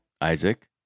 Isaac